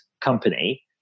company